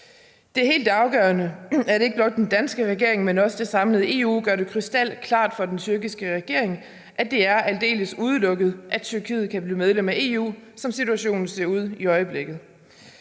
Det er helt afgørende, at ikke blot den danske regering, men også det samlede EU gør det krystalklart for den tyrkiske regering, at det er aldeles udelukket, at Tyrkiet kan blive medlem af EU, som situationen ser ud i øjeblikket.